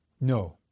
No